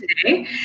today